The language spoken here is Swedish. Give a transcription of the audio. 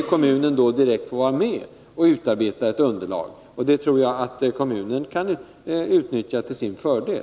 Kommunen får då direkt vara med och utarbeta underlaget, vilket jag tror att den kan utnyttja till sin fördel.